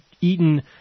eaten